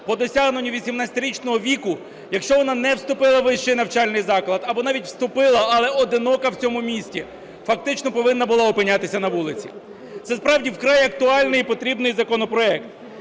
по досягненню 18-річного віку, якщо вона не вступила в вищий навчальний заклад або навіть вступила, але одинока в цьому місті, фактично повинна була опинятися на вулиці. Це справді вкрай актуальний і потрібний законопроект,